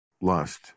lust